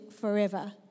forever